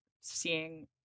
seeing